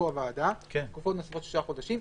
הוועדה לתקופה של שישה חודשים,